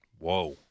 Whoa